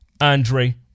Andre